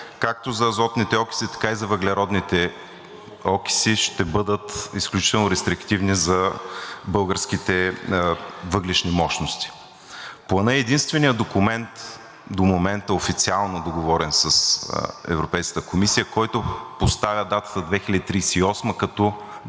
както за азотните окиси, така и за въглеродните окиси ще бъдат изключително рестриктивни за българските въглищни мощности. Планът е единственият документ до момента, официално договорен с Европейската комисия, който поставя датата 2038 г. като дата